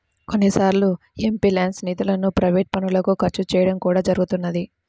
కొన్నిసార్లు ఎంపీల్యాడ్స్ నిధులను ప్రైవేట్ పనులకు ఖర్చు చేయడం కూడా జరుగుతున్నది